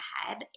head